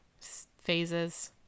phases